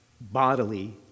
bodily